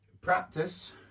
practice